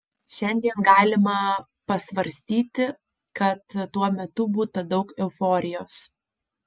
šiandien galima pasvarstyti kad tuo metu būta daug euforijos